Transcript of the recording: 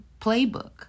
playbook